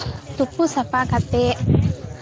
ᱛᱳᱯᱳ ᱥᱟᱯᱷᱟ ᱠᱟᱛᱮᱫ